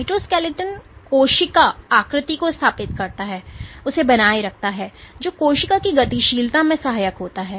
cytoskeleton कोशिका आकृति को स्थापित करता है और उसे बनाए रखता है जो कोशिका की गतिशीलता में सहायक होता है